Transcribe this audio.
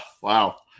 Wow